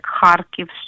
Kharkiv